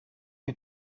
you